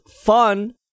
fun